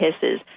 hisses